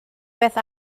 beth